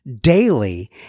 daily